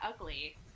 ugly